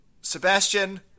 Sebastian